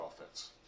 offense